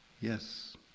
yes